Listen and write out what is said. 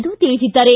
ಎಂದು ತಿಳಿಸಿದ್ದಾರೆ